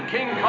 King